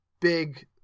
big